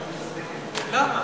למה?